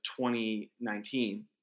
2019